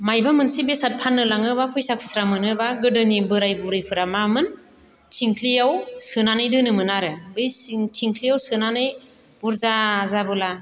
माबा मोनसे बेसाद फाननो लाङोबा फैसा खुस्रा मोनोबा गोदोनि बोराय बुरैफ्रा मामोन थिंख्लियाव सोनानै दोनोमोन आरो बै थिंख्लियाव सोनानै बुरजा जाबोला